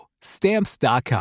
Stamps.com